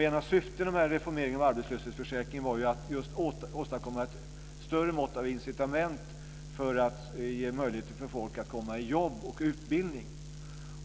Ett av syftena med denna reformering var att just åstadkomma ett större mått av incitament för att ge människor möjlighet att komma i jobb och utbildning.